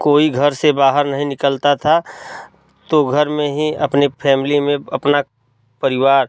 कोई घर से बाहर नहीं निकलता था तो घर में ही अपने फैमिली में अपना परिवार